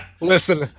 listen